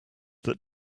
that